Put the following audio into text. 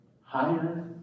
higher